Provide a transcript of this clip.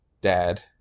dad